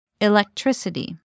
Electricity